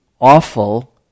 awful